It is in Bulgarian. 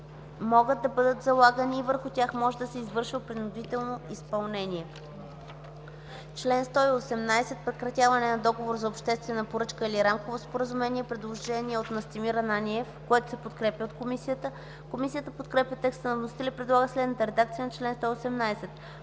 могат да бъдат залагани и върху тях може да се извършва принудително изпълнение.” Чл. 118 – „Прекратяване на договор за обществена поръчка или рамково споразумение”. Предложение от Настимир Ананиев и група народни представители, което се подкрепя от Комисията. Комисията подкрепя по принцип текста на вносителя и предлага следната редакция на чл. 118: